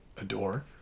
adore